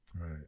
Right